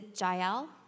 Jael